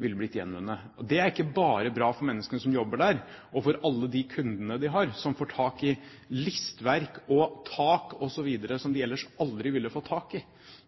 ville blitt gjenvunnet. Det er bra ikke bare for menneskene som jobber der, og for alle de kundene de har, som får tak i listverk og tak osv. som de ellers aldri ville fått tak i,